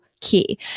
key